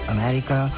America